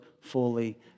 fully